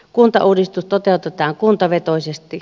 kuntauudistus toteutetaan kuntavetoisesti